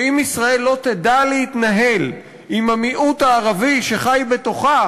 שאם ישראל לא תדע להתנהל עם המיעוט הערבי שחי בתוכה,